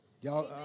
Y'all